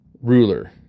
ruler